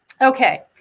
okay